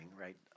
right